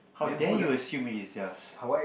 how dare you assume it is yours